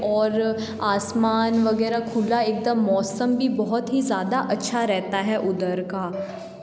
और आसमान वगैरह खुला एकदम मौसम भी बहुत ही ज़्यादा अच्छा रहता है उधर का